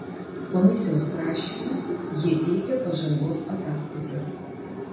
komisijos prašymu jie teikia pažangos ataskaitas